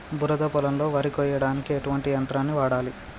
బురద పొలంలో వరి కొయ్యడానికి ఎటువంటి యంత్రాన్ని వాడాలి?